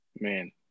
Man